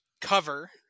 cover